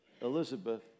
Elizabeth